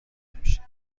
نمیشه